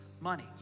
money